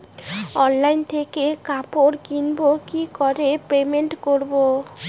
Online থেকে কাপড় কিনবো কি করে পেমেন্ট করবো?